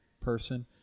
Person